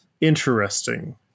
interesting